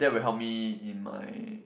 that will help me in my